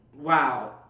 Wow